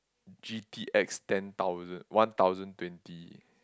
G_T_X ten thousand one thousand twenty